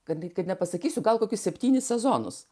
kad bet kad nepasakysiu gal kokius septynis sezonus